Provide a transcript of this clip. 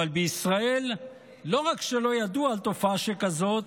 אבל בישראל לא רק שלא ידוע על תופעה שכזאת,